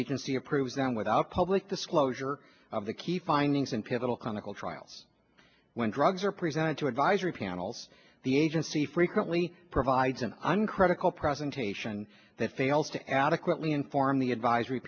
agency approved down without public disclosure of the key findings in pivotal clinical trials when drugs are presented to advisory panels the agency frequently provides an uncritical presentation that failed to adequately inform the advisory